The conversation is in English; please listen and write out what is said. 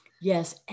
Yes